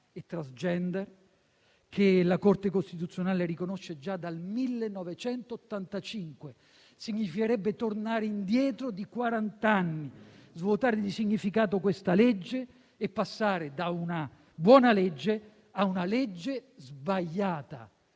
e *transgender* che la Corte costituzionale riconosce già dal 1985; significherebbe tornare indietro di quarant'anni, svuotare di significato questa legge e passare da una buona legge a una legge sbagliata.